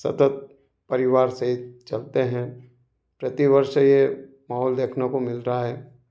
सतत परिवार सहित चलते हैं प्रति वर्ष ये माहौल देखने को मिलता है